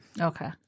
Okay